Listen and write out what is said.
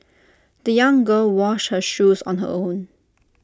the young girl washed her shoes on her own